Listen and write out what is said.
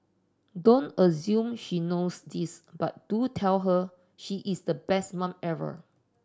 don't assume she knows this but do tell her she is the best mum ever